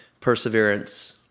perseverance